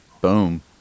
Boom